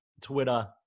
Twitter